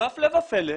הפלא ופלא,